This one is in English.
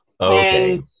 Okay